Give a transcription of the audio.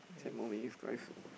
ten more minutes guys